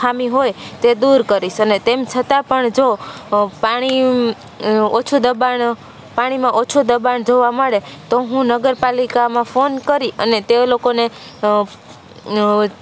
ખામી હોય તે દૂર કરીશ અને તેમ છતાં પણ જો પાણી ઓછું દબાણ પાણીમાં ઓછું દબાણ જોવા મળે તો હું નગરપાલિકામાં ફોન કરી અને તે લોકોને